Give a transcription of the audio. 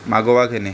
मागोवा घेने